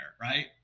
right